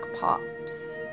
pops